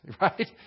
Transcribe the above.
right